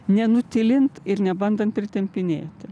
nenutylint ir nebandant pritempinėti